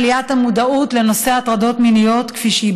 עליית המודעות לנושא הטרדות מיניות כפי שהיא